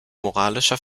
moralischer